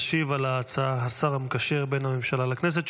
ישיב על ההצעה השר המקשר בין הממשלה לכנסת,